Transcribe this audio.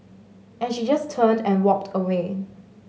and she just turned and walked away